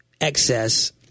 excess